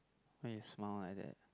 why you smile like that